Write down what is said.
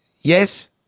Yes